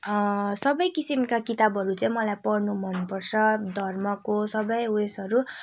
सबै किसिमका किताबहरू चाहिँ मलाई पढ्नु मनपर्छ धर्मको सबै उयसहरू